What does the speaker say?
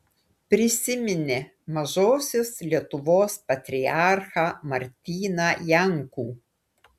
prisiminė mažosios lietuvos patriarchą martyną jankų